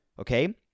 Okay